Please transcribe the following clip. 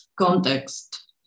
context